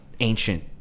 ancient